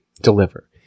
deliver